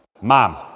Mom